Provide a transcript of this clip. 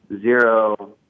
Zero